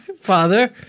Father